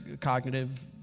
cognitive